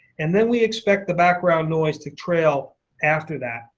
and then we expect the background noise to trail after that.